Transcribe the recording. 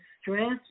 stress